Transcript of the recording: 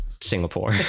Singapore